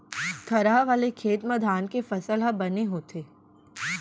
थरहा वाले खेत म धान के फसल ह बने होथे